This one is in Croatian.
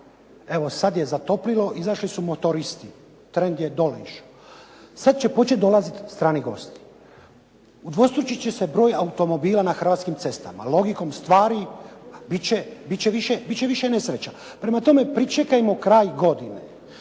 evo sad je zatoplilo, izašli su motoristi. Trend je dolje išao. Sad će početi dolaziti strani gosti. Udvostručiti će se broj automobila na hrvatskim cestama. Logikom stvari, biti će više nesreća. Prema tome, pričekajmo kraj godine.